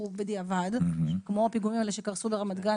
בדיעבד כמו הפיגומים שקרסו ברמת גן,